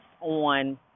on